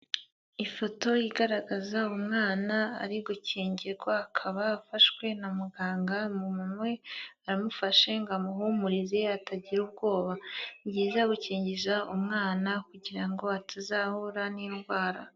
Ifoto igaragaza umwana ari gukingirwa akaba afashwe na muganga, umumama we aramufashe ngo amuhumurize atagira ubwoba. Ni byiza gukingiza umwana kugira ngo atazahura n'indwara.